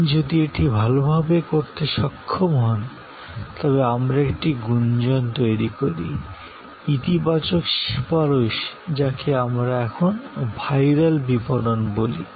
আপনি যদি এটি ভালভাবে করতে সক্ষম হন তবে আমরা একটি গুঞ্জন তৈরি করি ইতিবাচক সুপারিশ যাকে আমরা এখন ভাইরাল মার্কেটিং বলি